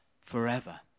forever